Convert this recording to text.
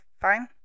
Fine